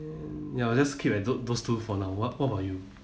ya I just keep like tho~ those two for now what what about you